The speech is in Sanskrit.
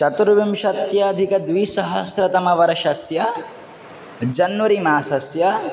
चतुर्विंशत्यधिकद्विसहस्रतमवर्षस्य जन्वरि मासस्य